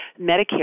Medicare